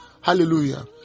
Hallelujah